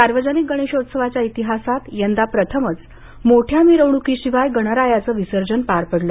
सार्वजनिक गणेशोत्सवाच्या इतिहासात यंदा प्रथमच मोठया मिरवणुकीशिवाय गणरायाचं विसर्जन पार पडलं